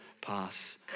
pass